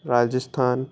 Rajasthan